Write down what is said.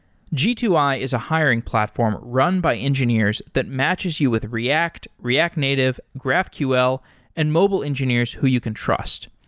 g two i is a hiring platform run by engineers that matches you with react, react native, graphql and mobile engineers who you can trust.